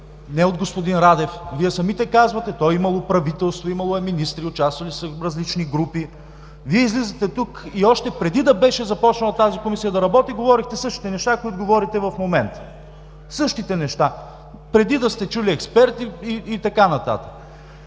не от господин Радев, Вие самите казвате: „То е имало правителство, имало е министри, участвали са различни групи.“ Вие излизате тук и още преди да беше започнала тази Комисия да работи, говорехте същите неща, които говорите в момента. Същите неща! Преди да сте чули експерти и така нататък.